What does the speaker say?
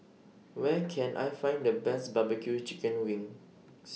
Where Can I Find The Best Barbecue Chicken Wings